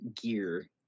gear